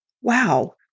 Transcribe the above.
wow